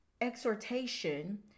exhortation